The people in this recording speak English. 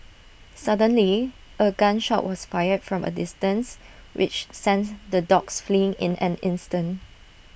suddenly A gun shot was fired from A distance which sent the dogs fleeing in an instant